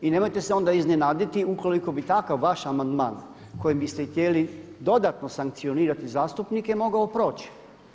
I nemojte se onda iznenaditi ukoliko bi takav vaš amandman kojim biste htjeli dodatno sankcionirati zastupnike mogao proći.